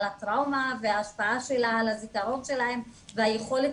על הטראומה וההשפעה שלה על הזיכרון שלהם והיכולת